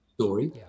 story